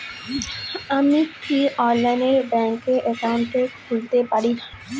আমি কি অনলাইনে ব্যাংক একাউন্ট খুলতে পারি?